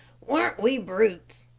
weren't we brutes?